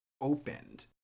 opened